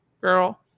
girl